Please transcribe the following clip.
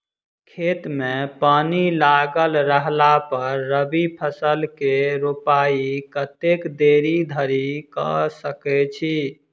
खेत मे पानि लागल रहला पर रबी फसल केँ रोपाइ कतेक देरी धरि कऽ सकै छी?